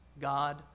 God